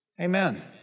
Amen